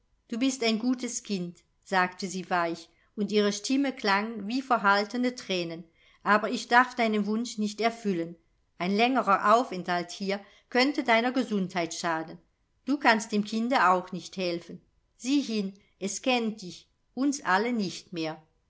du bist ein gutes kind sagte sie weich und ihre stimme klang wie verhaltene thränen aber ich darf deinen wunsch nicht erfüllen ein längerer aufenthalt hier könnte deiner gesundheit schaden du kannst dem kinde auch nicht helfen sieh hin es kennt dich uns alle nicht mehr